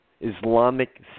Islamic